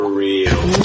real